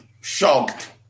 shocked